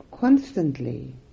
constantly